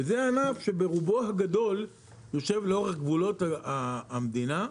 וזה הענף שברובו הגדול יושב לאורך גבולות המדינה,